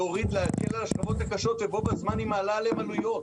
להוריד ולהקל על השכבות הקשות ובו בזמן היא מעלה עליהם עלויות.